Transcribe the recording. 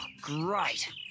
great